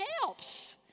helps